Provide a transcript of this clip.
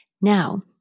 Now